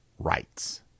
rights